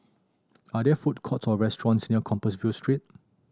are there food courts or restaurants near Compassvale Street